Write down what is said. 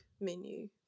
menu